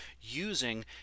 using